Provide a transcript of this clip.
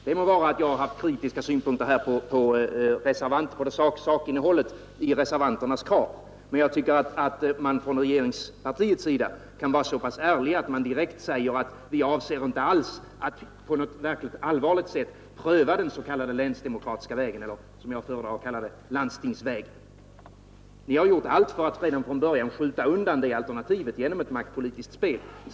Det må vara att jag har haft kritiska synpunkter på sakinnehållet i reservanternas krav, men jag tycker att man från regeringspartiets sida kan vara så pass ärlig att man direkt säger att man avser inte alls att på något verkligt allvarligt sätt pröva den s.k. länsdemokratiska vägen eller, som jag kallar den, landstingsvägen. Ni har gjort allt för att redan från början skjuta undan det alternativet genom ett maktpolitiskt spel.